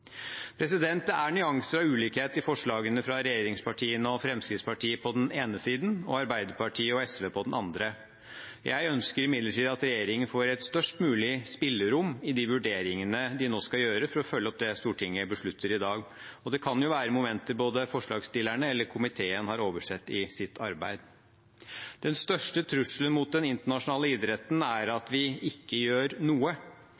Det er nyanser av ulikhet i forslagene fra regjeringspartiene og Fremskrittspartiet på den ene siden og Arbeiderpartiet og SV på den andre. Jeg ønsker imidlertid at regjeringen får et størst mulig spillerom i de vurderingene de nå skal gjøre for å følge opp det Stortinget beslutter i dag. Det kan jo være momenter både forslagsstillerne og komiteen har oversett i sitt arbeid. Den største trusselen mot den internasjonale idretten er at vi ikke gjør noe